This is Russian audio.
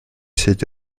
сети